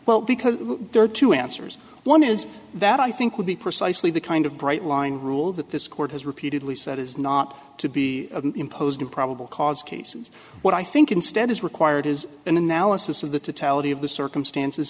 well because there are two answers one is that i think would be precisely the kind of bright line rule that this court has repeatedly said is not to be imposed in probable cause cases what i think instead is required is an analysis of the tally of the circumstances